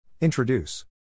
Introduce